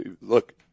look